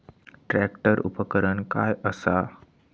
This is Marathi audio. ट्रॅक्टर उपकरण काय असा?